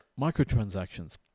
microtransactions